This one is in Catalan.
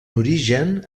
origen